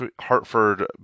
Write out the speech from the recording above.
Hartford